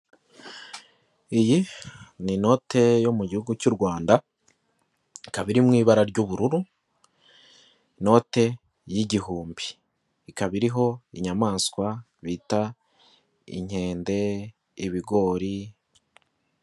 Iyi ni inote yo mu gihugu cy'u Rwanda, ikaba iri mu ibara ry'ubururu, inote y'igihumbi. Ikaba iriho inyamaswa bita inkende, ibigori.